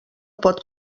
pot